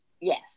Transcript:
yes